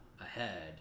ahead